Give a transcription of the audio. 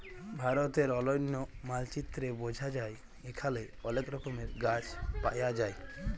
ভারতের অলন্য মালচিত্রে বঝা যায় এখালে অলেক রকমের গাছ পায়া যায়